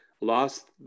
lost